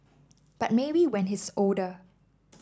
but maybe when he's older